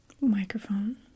microphone